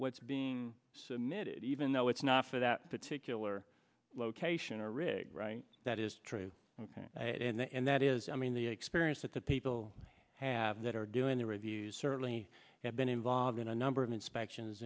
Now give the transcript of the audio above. what's being submitted even though it's not for that particular location or rig right that is true and that is i mean the experience that the people have that are doing the reviews certainly have been involved in a number of inspections